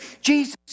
Jesus